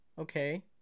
okay